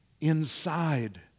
inside